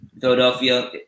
Philadelphia